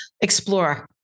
explore